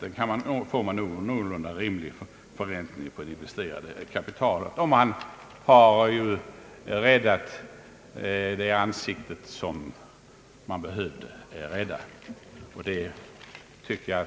Man kommer troligen att få en någorlunda rimlig förräntning på det investerade kapitalet, och staten har räddat ansiktet.